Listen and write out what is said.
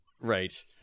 Right